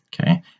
Okay